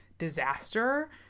Disaster